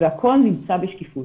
והכול נמצא בשקיפות.